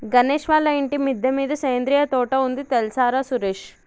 గణేష్ వాళ్ళ ఇంటి మిద్దె మీద సేంద్రియ తోట ఉంది తెల్సార సురేష్